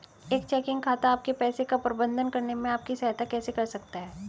एक चेकिंग खाता आपके पैसे का प्रबंधन करने में आपकी सहायता कैसे कर सकता है?